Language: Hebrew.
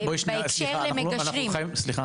בהקשר למגשרים --- סליחה,